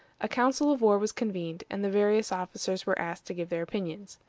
a council of war was convened, and the various officers were asked to give their opinions.